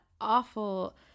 awful